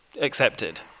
accepted